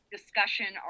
discussion